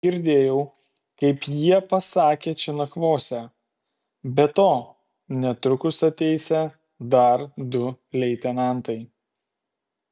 girdėjau kaip jie pasakė čia nakvosią be to netrukus ateisią dar du leitenantai